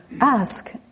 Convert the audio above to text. ask